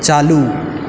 चालू